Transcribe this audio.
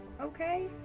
okay